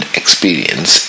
experience